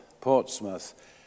Portsmouth